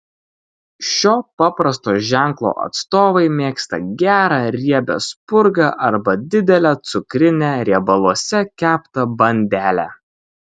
šio paprasto ženklo atstovai mėgsta gerą riebią spurgą arba didelę cukrinę riebaluose keptą bandelę